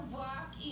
walk